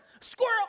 squirrel